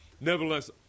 Nevertheless